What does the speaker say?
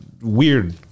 weird